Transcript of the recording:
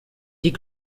die